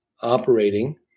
operating